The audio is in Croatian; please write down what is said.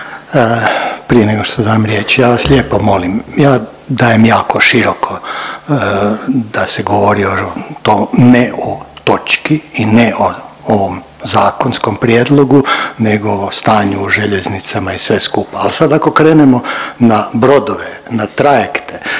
Prije nego što dam riječ ja vas lijepo molim, ja dajem jako široko da se govori o ne o točki i ne o ovom zakonskom prijedlogu nego o stanju u željeznicama i sve skupa, al sad ako krenemo na brodove, na trajekte